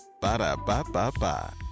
Ba-da-ba-ba-ba